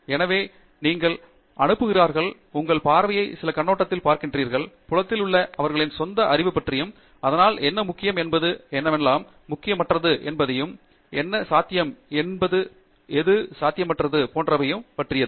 எனவே அவர்கள் அனுப்புகிறார்கள் உங்கள் பார்வையை சில கண்ணோட்டத்தில் பார்க்கிறார்கள் புலத்தில் உள்ள அவர்களின் சொந்த அறிவைப் பற்றியும் அதனால் என்ன முக்கியம் என்பதையும் என்னவெல்லாம் முக்கியமற்றது என்பதையும் என்ன சாத்தியம் என்பது சாத்தியமற்றது சாத்தியமற்றது போன்றவை பற்றியது